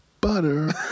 butter